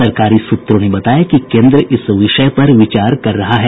सरकारी सूत्रों ने बताया कि केंद्र इस विषय पर विचार कर रहा है